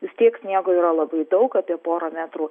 vis tiek sniego yra labai daug apie porą metrų